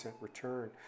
return